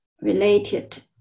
related